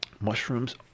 mushrooms